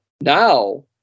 Now